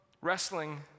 wrestling